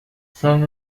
سَم